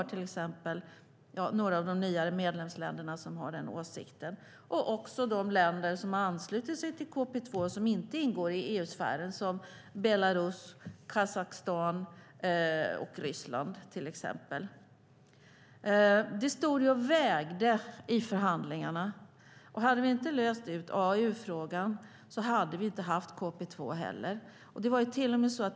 Till exempel är det några av de nyare medlemsländerna som har den åsikten och också de länder som har anslutit sig till KP2 som inte ingår i EU-sfären, till exempel Belarus, Kazakstan och Ryssland. Det stod och vägde i förhandlingarna. Hade vi inte löst ut AAU-frågan hade vi inte heller haft KP2.